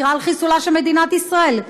מצהירה על חיסולה של מדינת ישראל,